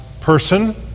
person